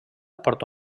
porta